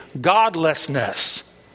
godlessness